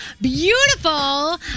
beautiful